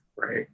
right